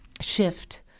shift